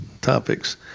topics